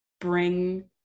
bring